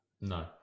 no